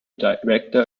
director